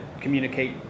communicate